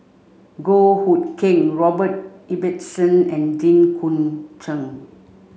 Goh Hood Keng Robert Ibbetson and Jit Koon Ch'ng